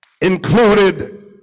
included